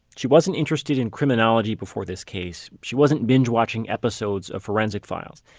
she wasn't interested in criminology before this case. she wasn't binge watching episodes of forensic files.